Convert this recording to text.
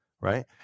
right